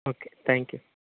okay thank you